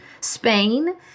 Spain